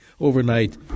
overnight